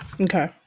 Okay